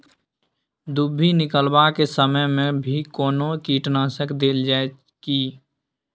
दुभी निकलबाक के समय मे भी कोनो कीटनाशक देल जाय की?